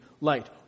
light